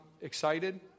excited